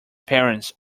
parents